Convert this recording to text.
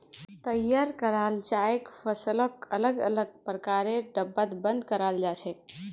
तैयार कराल चाइर फसलक अलग अलग प्रकारेर डिब्बात बंद कराल जा छेक